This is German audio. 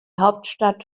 hauptstadt